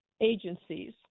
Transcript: agencies